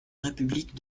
république